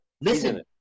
listen